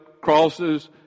crosses